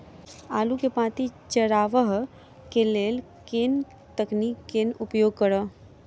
आलु केँ पांति चरावह केँ लेल केँ तकनीक केँ उपयोग करऽ?